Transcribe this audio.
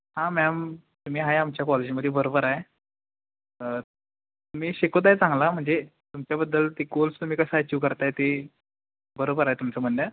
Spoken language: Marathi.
हां मॅम तुम्ही आहे आमच्या कॉलेजमध्ये बरोबर आहे तुम्ही शिकवता आहे चांगला म्हणजे तुमच्याबद्दल ती कोर्स तुम्ही कसं अचीव्ह करत आहे ते बरोबर आहे तुमचं म्हणणं